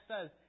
says